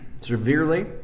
severely